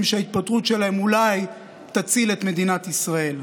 שההתפטרות שלהם אולי תציל את מדינת ישראל.